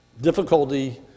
difficulty